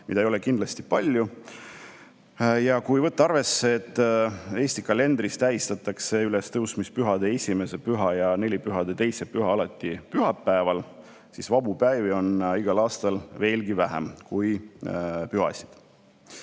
mida ei ole kindlasti palju. Ja kui võtta arvesse, et Eestis tähistatakse ülestõusmispühade esimest püha ja nelipühade teist püha alati pühapäeval, siis vabu päevi on igal aastal veelgi vähem kui pühasid,